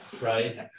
Right